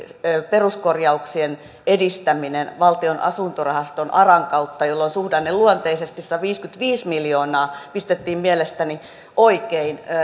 peruskorjauksien edistäminen valtion asuntorahasto aran kautta jolloin suhdanneluonteisesti sataviisikymmentäviisi miljoonaa pistettiin mielestäni oikein